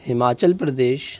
Himachal Pradesh